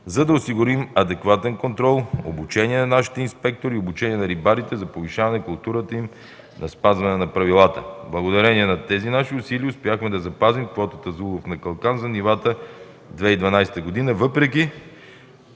за да осигурим адекватен контрол, обучение на нашите инспектори и обучение на рибарите за повишаване на културата им на спазване на правилата. Благодарение на тези наши усилия успяхме да запазим квотата за улов на калкан за нивата 2012 г., въпреки